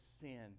sin